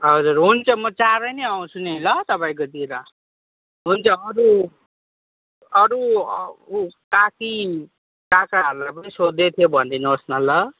हजुर हुन्छ म चाँडै नै आउँछु नि ल तपाईँकोतिर हुन्छ अरू अरू काकी काकाहरूलाई पनि सोध्दैथ्यो भनिदिनुहोस् न ल